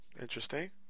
Interesting